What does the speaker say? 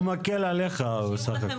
הוא מקל עליך בסך הכל.